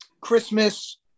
Christmas